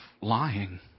lying